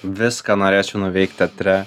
viską norėčiau nuveikt teatre